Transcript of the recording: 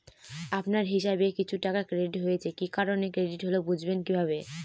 আপনার হিসাব এ কিছু টাকা ক্রেডিট হয়েছে কি কারণে ক্রেডিট হল বুঝবেন কিভাবে?